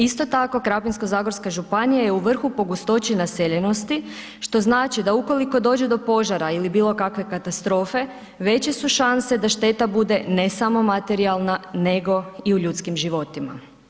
Isto tako, Krapinsko-zagorska županija je u vrhu po gustoći naseljenosti, što znači da ukoliko dođe do požara ili bilo kakve katastrofe, veće su šanse da šteta bude ne samo materijalna, nego i u ljudskim životima.